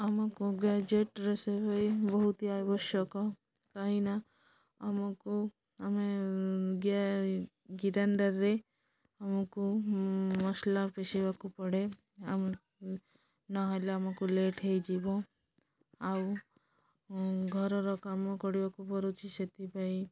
ଆମକୁ ଗ୍ୟାଜେଟ୍ରେ ସେଇ ବହୁତ ଆବଶ୍ୟକ କାହିଁକିନା ଆମକୁ ଆମେ ଗ୍ରାଇଣ୍ଡର୍ରେ ଆମକୁ ମସଲା ପେଷିବାକୁ ପଡ଼େ ଆମ ନହେଲେ ଆମକୁ ଲେଟ୍ ହେଇଯିବ ଆଉ ଘରର କାମ କରିବାକୁ ପଡ଼ୁଛି ସେଥିପାଇଁ